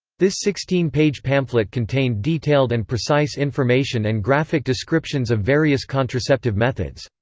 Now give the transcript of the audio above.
this sixteen page pamphlet contained detailed and precise information and graphic descriptions of various contraceptive methods.